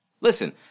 Listen